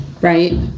Right